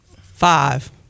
Five